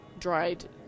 dried